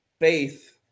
Faith